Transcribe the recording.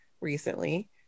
recently